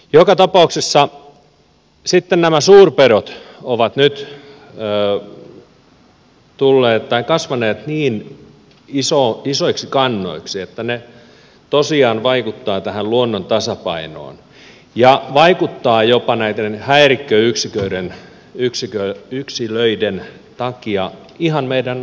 joka tapauksessa sitten nämä suurpedot ovat nyt kasvaneet niin isoiksi kannoiksi että ne tosiaan vaikuttavat tähän luonnon tasapainoon ja vaikuttavat jopa näiden häirikköyksilöiden takia ihan meidän arkiturvallisuuteemme